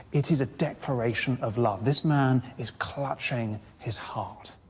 it is a declaration of love this man is clutching his heart.